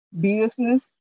business